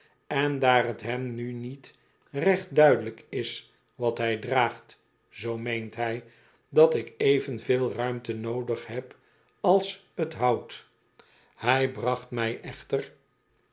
en daar t hem nu niet recht duidelijk is wat hij draagt zoo meent hij dat ik evenveel ruimte noodig heb als t hout hij bracht mij echter